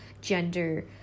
gender